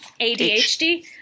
ADHD